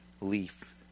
leaf